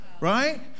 Right